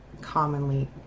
commonly